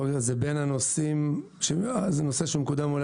זה נושא שמקודם,